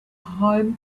home